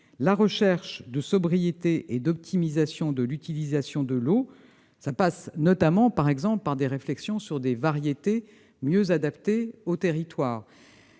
La recherche de sobriété et d'optimisation de l'utilisation de l'eau passe notamment par des réflexions sur des variétés mieux adaptées aux territoires,